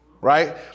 Right